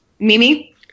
Mimi